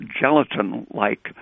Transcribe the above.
gelatin-like